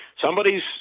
Somebody's